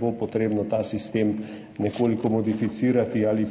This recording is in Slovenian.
bo potrebno ta sistem nekoliko modificirati ali